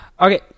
Okay